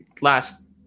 last